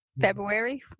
February